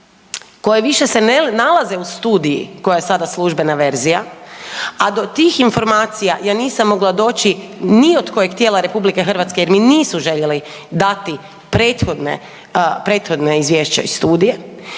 koje više se ne nalaze u studiji koja je sada službena verzija, a do tih informacija ja nisam mogla doći ni od kojeg tijela RH jer mi nisu željeli dati prethodna izvješća i studije.